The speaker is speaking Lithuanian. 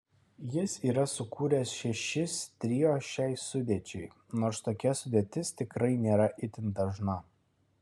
jis yra sukūręs šešis trio šiai sudėčiai nors tokia sudėtis tikrai nėra itin dažna